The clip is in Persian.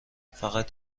فقط